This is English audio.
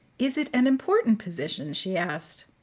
is it an important position? she asked.